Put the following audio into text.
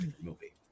movie